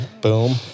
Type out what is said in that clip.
Boom